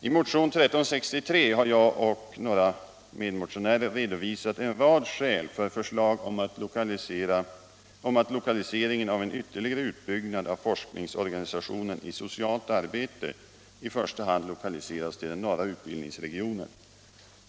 I motionen 1363 har jag och några medmotionärer redovisat en rad skäl för lokalisering av en ytterligare utbyggnad av forskningsorganisationen i socialt arbete i första hand till den norra utbildningsregionen.